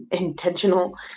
intentional